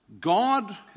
God